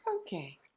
Okay